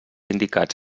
indicats